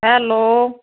hello